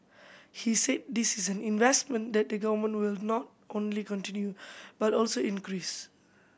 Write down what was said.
he said this is an investment that the Government will not only continue but also increase